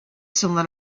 sono